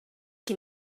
qui